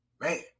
Man